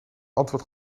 antwoord